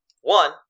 one